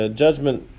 judgment